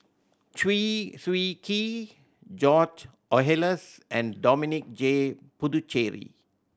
Chew Swee Kee George Oehlers and Dominic J Puthucheary